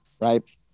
right